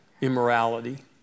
Immorality